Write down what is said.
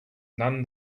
none